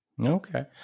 Okay